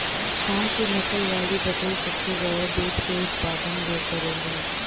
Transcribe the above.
कौन से नसल वाली बकरी सबसे ज्यादा दूध क उतपादन करेली?